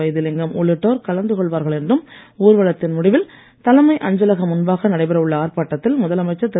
வைத்திலிங்கம் உள்ளிட்டோர் கலந்து கொள்வார்கள் என்றும் ஊர்வலத்தின் முடிவில் தலைமை அஞ்சலகம் முன்பாக நடைபெற உள்ள ஆர்ப்பாட்டத்தில் முதலமைச்சர் திரு